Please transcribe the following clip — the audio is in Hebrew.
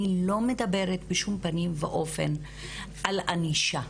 אני לא מדברת בשום פנים ואופן על ענישה,